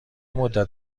مدت